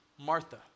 Martha